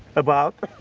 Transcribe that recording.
about?